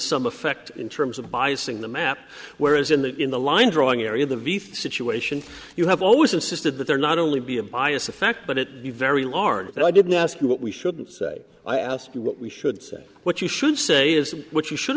some effect in terms of biasing the map whereas in the in the line drawing area the vif situation you have always insisted that there not only be a bias effect but at the very large that i didn't ask you what we shouldn't say i ask you what we should say what you should say is what you should